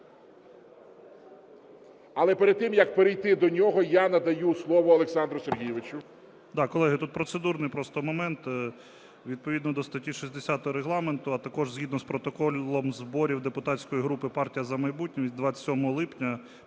але перед тим, як перейти до нього я надаю слово Олександру Сергійовичу.